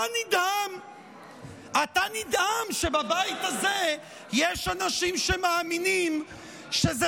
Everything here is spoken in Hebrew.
אתה נדהם שבבית הזה יש אנשים שמאמינים שזה